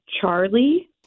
Charlie